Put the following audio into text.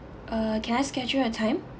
uh can I schedule a time